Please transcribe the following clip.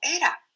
era